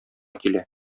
килә